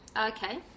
Okay